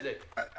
בקרן.